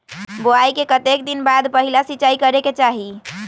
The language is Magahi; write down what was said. बोआई के कतेक दिन बाद पहिला सिंचाई करे के चाही?